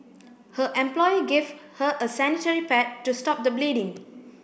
her employer gave her a sanitary pad to stop the bleeding